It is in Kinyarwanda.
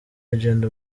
legend